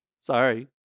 Sorry